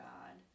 God